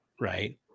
right